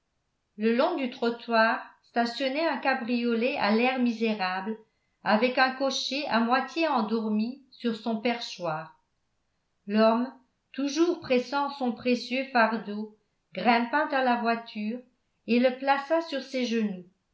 le long du trottoir stationnait un cabriolet à l'air misérable avec un cocher à moitié endormi sur son perchoir l'homme toujours pressant son précieux fardeau grimpa dans la voiture et le plaça sur ses genoux